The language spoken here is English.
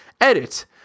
Edit